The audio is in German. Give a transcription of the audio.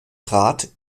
trat